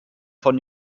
von